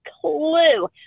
clue